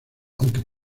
aunque